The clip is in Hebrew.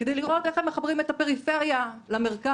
כדי לראות איך היא מחברת את הפריפריה למרכז,